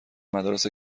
مدارس